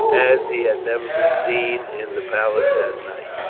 as he had never been seen in the palace that night.